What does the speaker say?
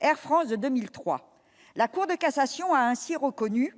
Air France de 2003 la Cour de cassation a ainsi reconnu